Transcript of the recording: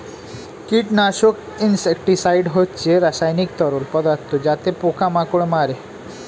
কীটনাশক ইনসেক্টিসাইড হচ্ছে রাসায়নিক তরল পদার্থ যাতে পোকা মাকড় মারে